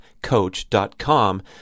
Coach.com